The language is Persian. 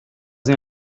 این